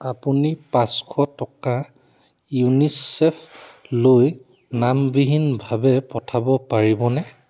আপুনি পাঁচশ টকা ইউনিচেফলৈ নামবিহীনভাৱে পঠাব পাৰিবনে